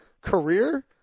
career